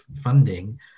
funding